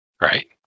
Right